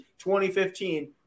2015